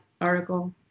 article